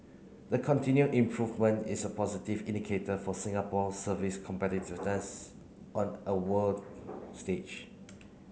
the continued improvement is a positive indicator for Singapore's service competitiveness on a world stage